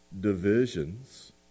divisions